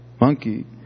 monkey